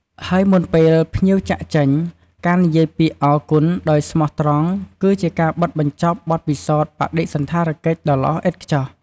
ហើយមុនពេលភ្ញៀវចាកចេញ ការនិយាយពាក្យ "អរគុណ" ដោយស្មោះត្រង់ គឺជាការបិទបញ្ចប់បទពិសោធន៍បដិសណ្ឋារកិច្ចដ៏ល្អឥតខ្ចោះ។